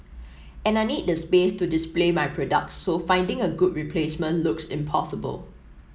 and I need the space to display my products so finding a good replacement looks impossible